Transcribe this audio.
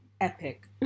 epic